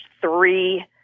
three